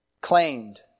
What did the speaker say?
claimed